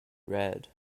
red